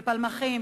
בפלמחים,